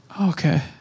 Okay